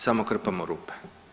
Samo krpamo rupe.